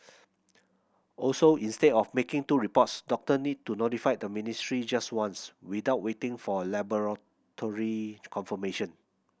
also instead of making two reports doctor need to notify the ministry just once without waiting for laboratory confirmation